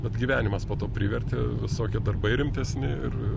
bet gyvenimas po to privertė visokie darbai rimtesni ir